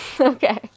Okay